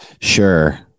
sure